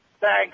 Thanks